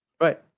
Right